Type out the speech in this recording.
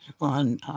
on